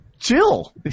Chill